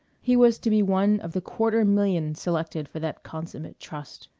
he was to be one of the quarter million selected for that consummate trust.